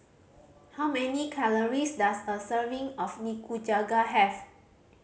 how many calories does a serving of Nikujaga have